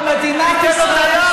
ומדינת ישראל,